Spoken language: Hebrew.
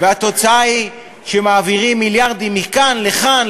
והתוצאה היא שמעבירים מיליארדים מכאן לכאן,